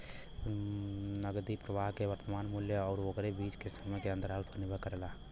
नकदी प्रवाह के वर्तमान मूल्य आउर ओकरे बीच के समय के अंतराल पर निर्भर करेला